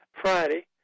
Friday